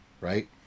right